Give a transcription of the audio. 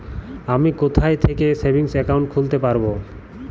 আমি কোথায় থেকে সেভিংস একাউন্ট খুলতে পারবো?